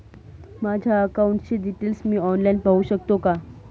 माझ्या अकाउंटचे डिटेल्स मी ऑनलाईन पाहू शकतो का?